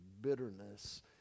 bitterness